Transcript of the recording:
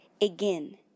again